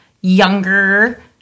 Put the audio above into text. younger